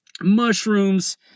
mushrooms